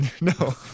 No